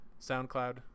SoundCloud